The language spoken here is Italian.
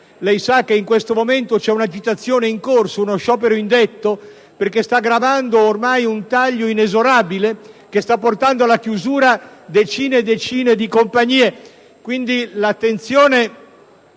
Lei sa che in questo momento c'è un'agitazione in corso, uno sciopero indetto a fronte di un taglio ormai inesorabile che sta portando alla chiusura decine e decine di compagnie.